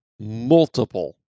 Multiple